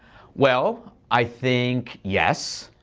well, i think yes.